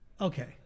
Okay